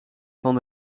van